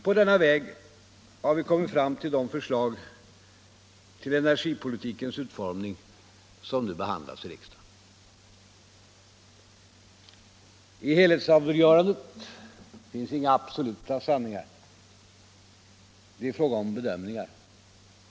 På denna väg har vi kommit fram till de förslag till energipolitikens utformning som nu behandlas i riksdagen. I helhetsavgörandet finns inga absoluta sanningar. Det är fråga om bedömningar.